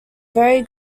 very